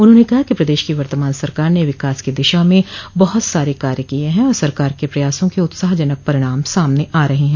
उन्होंने कहा कि प्रदेश की वर्तमान सरकार ने विकास की दिशा में बहुत सारे कार्य किये हैं और सरकार के प्रयासों के उत्साहजनक परिणाम सामने आ रहे हैं